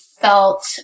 felt